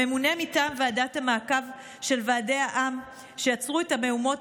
הממונה מטעם ועדת המעקב על ועדי העם שייצרו את המהומות